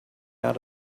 out